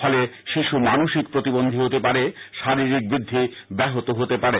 ফলে শিশু মানসিক প্রতিবন্ধী হতে পারে শরীরিক বৃদ্ধি ব্যহত হতে পারে